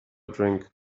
drink